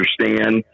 understand